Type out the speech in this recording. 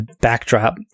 backdrop